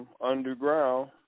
underground